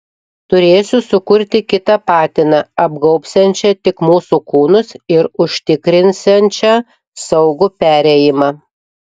turėsiu sukurti kitą patiną apgaubsiančią tik mūsų kūnus ir užtikrinsiančią saugų perėjimą